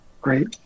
Great